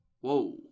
Whoa